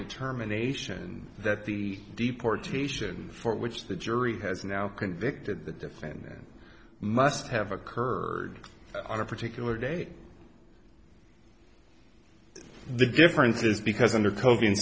determination that the deportation for which the jury has now convicted the defendant must have occurred on a particular day the difference is because under kogan